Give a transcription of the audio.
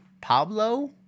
Pablo